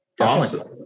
Awesome